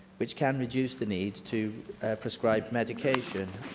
which can reduce the need to prescribe medication,